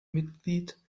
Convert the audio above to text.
mitglied